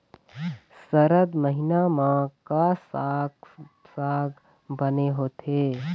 सरद महीना म का साक साग बने होथे?